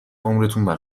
عمرتون